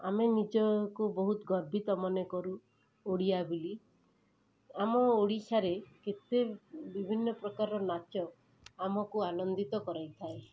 ଆମେ ନିଜକୁ ବହୁତ ଗର୍ବିତ ମନେକରୁ ଓଡ଼ିଆ ବେଲି ଆମ ଓଡ଼ିଶାରେ କେତେ ବିଭିନ୍ନ ପ୍ରକାରର ନାଚ ଆମକୁ ଆନନ୍ଦିତ କରାଇଥାଏ